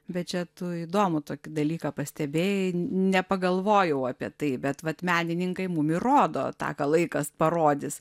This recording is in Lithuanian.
bet čia tu įdomų tokį dalyką pastebėjai nepagalvojau apie tai bet vat menininkai mum ir rodo tą ką laikas parodys